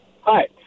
Hi